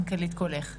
מנכ"לית "קולך".